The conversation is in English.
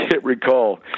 recall